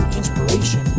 inspiration